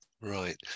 Right